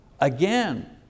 Again